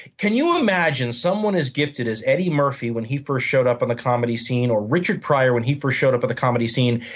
can you imagine someone as gifted as eddie murphy when he first showed up on the comedy scene, or richard pryor when he first showed up on the comedy scene,